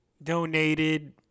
donated